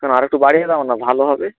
কেন আরেকটু বাড়িয়ে দাও না ভালো হবে